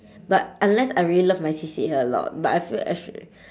but unless I really love my C_C_A a lot but I feel act~